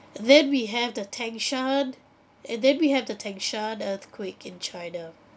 and then we have the tangshan and then we have the tangshan earthquake in china